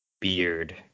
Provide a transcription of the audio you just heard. beard